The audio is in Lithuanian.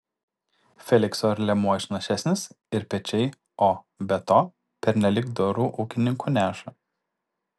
felikso ir liemuo išnašesnis ir pečiai o be to pernelyg doru ūkininku neša